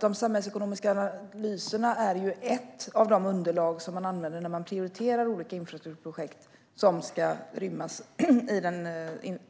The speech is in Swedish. De samhällsekonomiska analyserna är ett av de underlag som man använder när man prioriterar olika infrastrukturprojekt som ska rymmas